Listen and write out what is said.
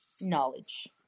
knowledge